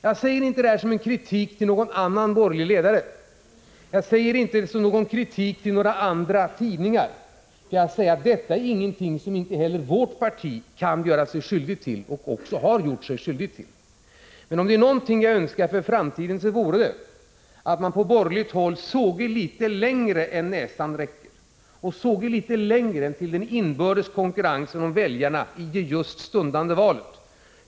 Jag säger inte detta som kritik mot någon annan borgerlig ledare, och jag säger det inte som kritik mot några tidningar. Detta är någonting som också vårt parti kan göra sig skyldigt till och också har gjort sig skyldigt till. Men om det är någonting som jag önskar för framtiden, så vore det att man på borgerligt håll såge litet längre än näsan räcker och såge litet längre än till den inbördes konkurrensen om väljarna i det just stundande valet.